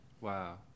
Wow